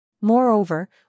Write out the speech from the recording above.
Moreover